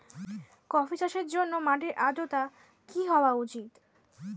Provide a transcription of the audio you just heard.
Coffee চাষের জন্য মাটির আর্দ্রতা কি হওয়া উচিৎ?